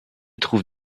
trouve